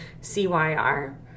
C-Y-R